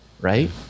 right